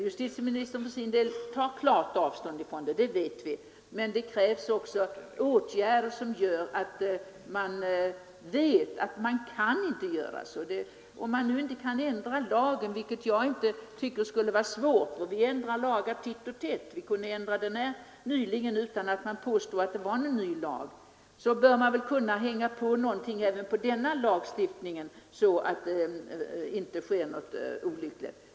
Justitieministern för sin del tar klart avstånd från detta, det vet vi. Men det krävs också åtgärder som gör att man vet att man inte kan ingripa på det här sättet. Om vi nu inte kan ändra lagen, vilket jag inte tycker skulle vara svårt — vi ändrar lagar titt och tätt och kunde ändra den här lagen nyligen utan att man påstod att det var en ny lag —, så bör man väl kunna hänga på lagen någonting så att det inte sker olyckliga ting.